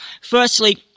Firstly